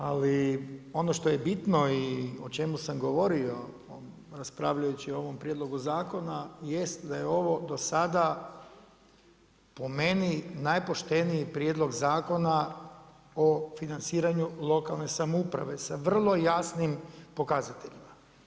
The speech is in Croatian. Ali ono što je bitno i o čemu sam govorio raspravljajući o ovom prijedlogu zakona jest da je ovo do sada po meni najpošteniji Prijedlog zakona o financiranju lokalne samouprave sa vrlo jasnim pokazateljima.